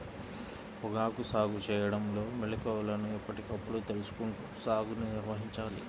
పొగాకు సాగు చేయడంలో మెళుకువలను ఎప్పటికప్పుడు తెలుసుకుంటూ సాగుని నిర్వహించాలి